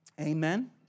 Amen